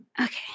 Okay